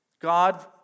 God